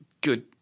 good